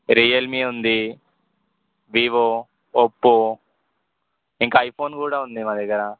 Realme ఉంది Vivo Oppo ఇంకా iPhone కూడా ఉంది మా దగ్గర